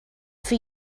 for